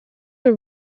were